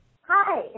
Hi